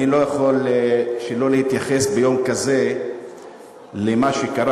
אני לא יכול שלא להתייחס ביום כזה למה שקרה